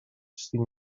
cinc